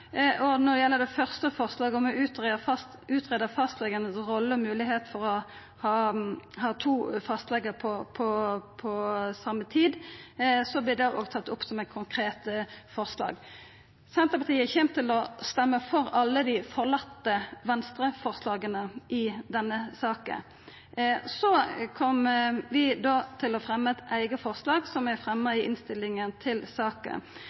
det. Når det gjeld det første forslaget, om å utgreia fastlegane si rolle og moglegheita for å ha to fastlegar på same tid, så vert det òg tatt opp som eit konkret forslag. Senterpartiet kjem til å stemma for alle dei forlatne Venstre-forslaga i denne saka. Vi fremjar òg eit eige forslag i innstillinga til saka.